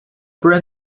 bring